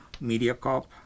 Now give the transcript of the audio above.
Mediacorp